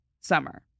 summer